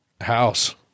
house